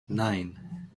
nine